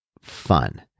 fun